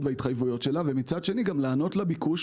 בהתחייבויות שלה ומצד שני גם לענות לביקוש,